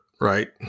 right